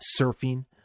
surfing